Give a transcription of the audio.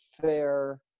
fair